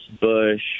Bush